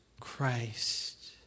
christ